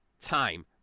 time